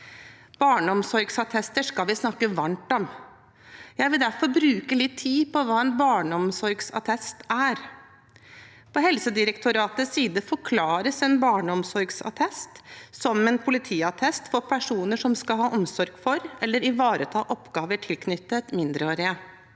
Barneomsorgsattester skal vi snakke varmt om. Jeg vil derfor bruke litt tid på hva en barneomsorgsattest er. På Helsedirektoratets side blir en barneomsorgsattest forklart som «en politiattest for personer som skal ha omsorg for eller oppgaver knyttet til mindreårige».